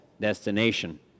destination